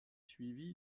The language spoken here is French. suivi